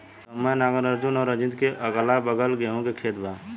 सौम्या नागार्जुन और रंजीत के अगलाबगल गेंहू के खेत बा